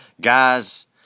Guys